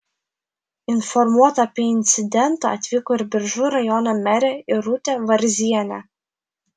informuota apie incidentą atvyko ir biržų rajono merė irutė varzienė